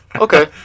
okay